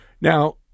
Now